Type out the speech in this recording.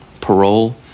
Parole